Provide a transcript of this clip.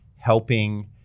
Helping